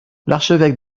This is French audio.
l’archevêque